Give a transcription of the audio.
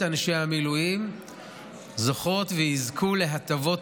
לפני כמה ימים אישרה הממשלה חבילת סיוע ותגמול משמעותית